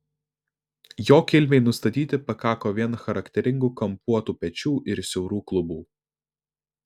jo kilmei nustatyti pakako vien charakteringų kampuotų pečių ir siaurų klubų